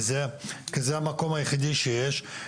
כי זה המקום היחיד שיש.